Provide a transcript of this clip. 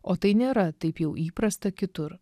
o tai nėra taip jau įprasta kitur